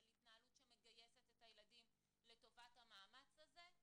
של התנהלות שמגייסת את הילדים לטובת המאמץ הזה.